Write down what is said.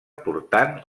portant